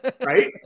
right